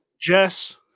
Jess